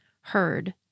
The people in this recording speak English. heard